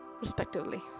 respectively